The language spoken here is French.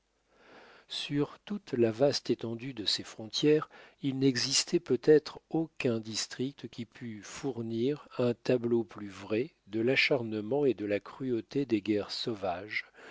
sur toute la vaste étendue de ces frontières il n'existait peut-être aucun district qui pût fournir un tableau plus vrai de l'acharnement et de la cruauté des guerres sauvages